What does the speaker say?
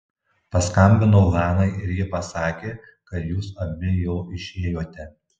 paskambinau hanai ir ji pasakė kad jūs abi jau išėjote